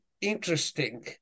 interesting